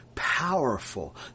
Powerful